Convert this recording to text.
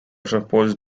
supposed